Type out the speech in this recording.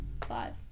five